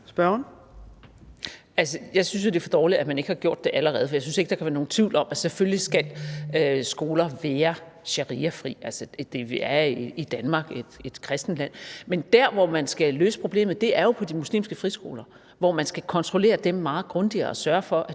Jeg synes jo, det er for dårligt, at man ikke har gjort det allerede, for jeg synes ikke, der kan være nogen tvivl om, at skoler selvfølgelig skal være shariafri – altså, vi er i Danmark, et kristent land. Men der, hvor man skal løse problemet, er jo på de muslimske friskoler, hvor man skal kontrollere dem meget grundigere og sørge for,